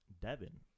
Devin